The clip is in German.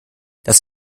das